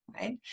Right